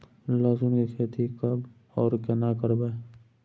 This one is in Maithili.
लहसुन की खेती कब आर केना करबै?